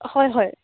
হয় হয়